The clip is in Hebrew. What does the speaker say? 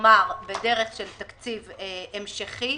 כלומר בדרך של תקציב המשכי,